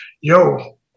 yo